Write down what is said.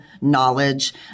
knowledge